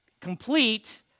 complete